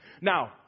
Now